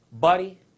Buddy